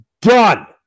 Done